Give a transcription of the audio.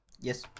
Yes